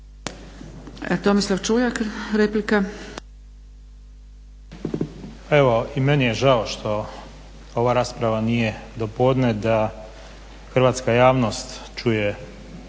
Tomislav Čuljak, replika.